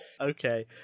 Okay